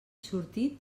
sortit